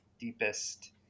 deepest